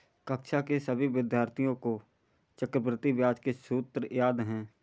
कक्षा के सभी विद्यार्थियों को चक्रवृद्धि ब्याज के सूत्र याद हैं